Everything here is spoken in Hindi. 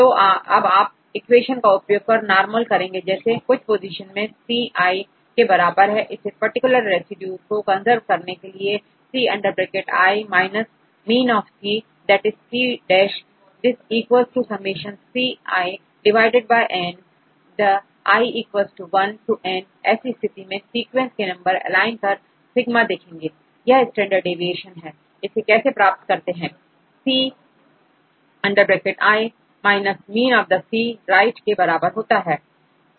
तो अब आप इक्वेशन का उपयोग कर नॉर्मल करेंगे जैसे i कुछ पोजीशन मेंC के बराबर है इस पर्टिकुलर रेसिड्यू को कंजर्व करने के लिए C minus mean of C that is C' this equal to summation C n the i 1 to n ऐसी स्थिति में सीक्वेंस के नंबर एलाइन कर सिगमा देखेंगे यह स्टैंडर्ड देविएशन है इसे कैसे प्राप्त करते हैंC mean of the C right के बराबर है